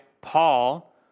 Paul